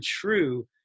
true